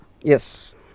Yes